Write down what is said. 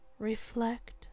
Reflect